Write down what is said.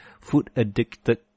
food-addicted